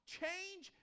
change